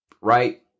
right